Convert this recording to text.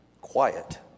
quiet